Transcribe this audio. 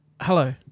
Hello